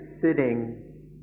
sitting